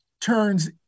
turns